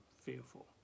fearful